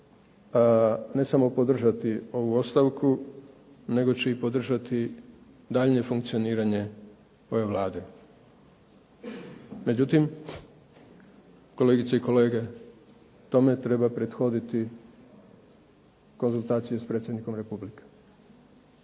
ne samo podržati ovu ostavku, nego će i podržati daljnje funkcioniranje ove Vlade. Međutim, kolegice i kolege, tome treba prethoditi konzultacija s predsjednikom Republike.